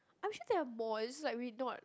I'm sure there are more it's just that we're not